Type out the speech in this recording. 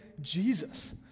Jesus